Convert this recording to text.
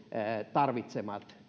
tarvitsemat